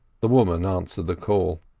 the woman answered the call.